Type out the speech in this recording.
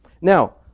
Now